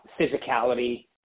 physicality